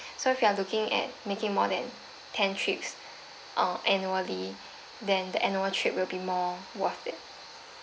so if you are looking at making more than ten tips uh annually then the annual trip will be more worth it